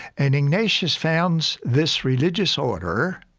and ignatius founds this religious order